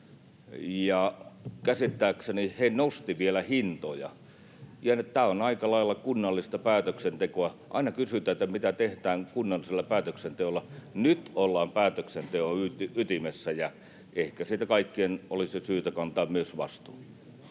käsittääkseni he nostivat vielä hintoja. Tämä on aika lailla kunnallista päätöksentekoa. Aina kysytään, mitä tehdään kunnallisella päätöksenteolla. Nyt ollaan päätöksenteon ytimessä, ja ehkä siitä kaikkien olisi syytä kantaa myös vastuu.